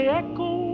echo